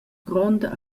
gronda